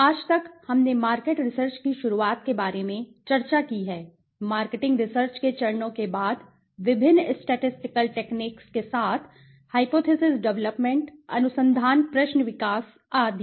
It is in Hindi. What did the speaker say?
आज तक हमने मार्केट रिसर्च की शुरुआत के बारे में चर्चा की है मार्केटिंग रिसर्च के चरणों के बाद विभिन्न स्टैटिस्टिकल टेक्निक्स के साथ हाइपोथिसिस डेवलपमेंट अनुसंधान प्रश्न विकास आदि